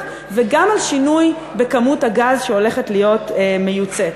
וגם על שינוי בכמות הגז שהולכת להיות מיוצאת.